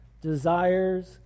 desires